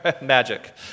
magic